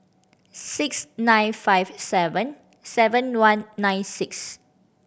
six nine five seven seven one nine six